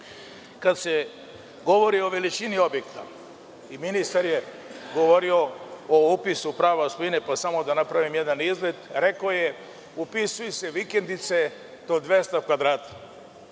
se govori o veličini objekta, a ministar je govorio o upisu prava svojine, pa samo da napravim jedan mali izlet, rekao je – upisuju se vikendice do 200 kvadrata.